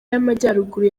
y’amajyaruguru